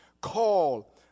call